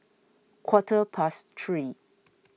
quarter past three